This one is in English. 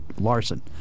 Larson